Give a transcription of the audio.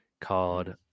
called